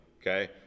Okay